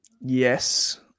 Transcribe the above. Yes